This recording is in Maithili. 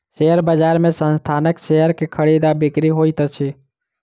शेयर बजार में संस्थानक शेयर के खरीद आ बिक्री होइत अछि